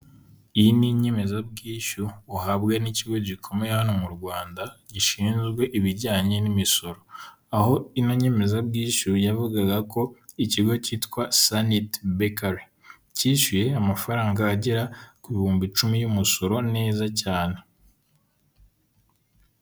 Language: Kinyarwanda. Iyi ni inyemezabwishyu uhabwa n'ikigo gikomeye hano mu Rwanda, gishinzwe ibijyanye n'imisoro, aho inyemezabwishyu yavugaga ko ikigo cyitwa Sanit Bakary, cyishyuye amafaranga agera ku bihumbi icumi y'umusoro neza cyane.